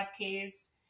5Ks